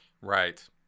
Right